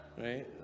Right